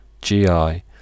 GI